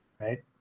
right